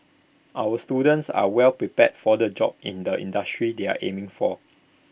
our students are well prepared for the jobs in the industries they are aiming for